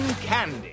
candy